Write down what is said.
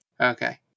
Okay